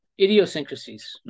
Idiosyncrasies